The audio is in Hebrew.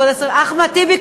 אחמד טיבי,